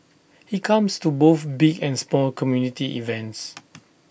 he comes to both big and small community events